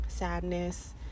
Sadness